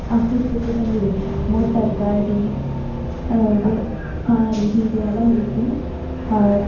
ಅಸ್ತಿತ್ವಕ್ಕೆ ಬಂದಿದೆ ಮೋಟರ್ ಗಾಡಿ ಕಾರ್ ಹೀಗೆ ಹಲವು ರೀತಿಯ